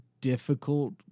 difficult